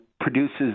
produces